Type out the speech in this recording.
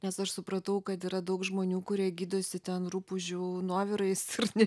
nes aš supratau kad yra daug žmonių kurie gydosi ten rupūžių nuovirais ir ne